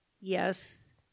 Yes